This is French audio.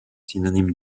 synonyme